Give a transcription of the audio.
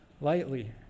lightly